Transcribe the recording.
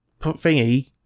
thingy